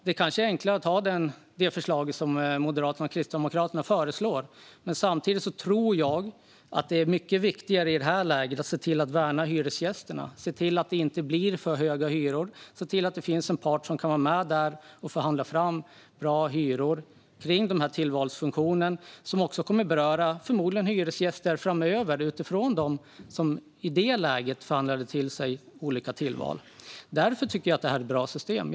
Det är kanske enklare att ha det förslag som Moderaterna och Kristdemokraterna lägger fram, men samtidigt tror jag att det i det här läget är mycket viktigare att värna hyresgästerna och se till att det inte blir för höga hyror och att det finns en part som kan vara med och förhandla fram bra hyror kring den här tillvalsfunktionen som förmodligen också kommer att beröra hyresgäster framöver eftersom tidigare hyresgäster förhandlade till sig olika tillval. Därför tycker jag att det här är ett bra system.